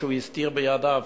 שהוא הסתיר בידיו,